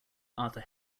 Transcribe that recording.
arthur